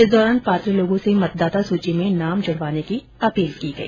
इस दौरान पात्र लोगों से मतदाता सूची में नाम ज्ड़वाने की अपील की गई